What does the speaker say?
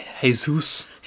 Jesus